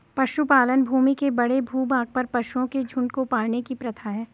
पशुपालन भूमि के बड़े भूभाग पर पशुओं के झुंड को पालने की प्रथा है